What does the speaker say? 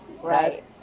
right